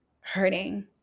hurting